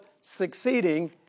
succeeding